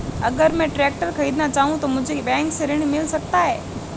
अगर मैं ट्रैक्टर खरीदना चाहूं तो मुझे बैंक से ऋण मिल सकता है?